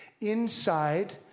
inside